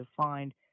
defined